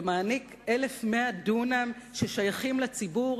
ומעניק 1,100 דונם ששייכים לציבור,